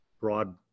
broad